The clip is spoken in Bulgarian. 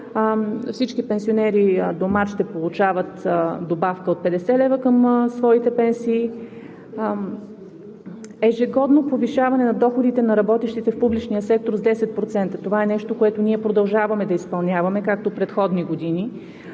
Всички пенсионери до месец март ще получават добавка от 50 лв. към своите пенсии. Ежегодно повишаване на доходите на работещите в публичния сектор с 10% – това е нещо, което ние продължаваме да изпълняваме, както и в предходните години.